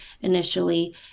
initially